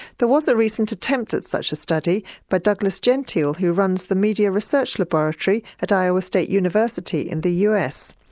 there was a recent attempt at such a study by but douglas gentile who runs the media research laboratory at iowa state university in the us.